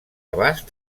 abast